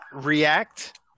react